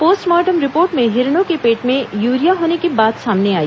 postmortem report में हिरणों के पेट में यूरिया होने की बात सामने आई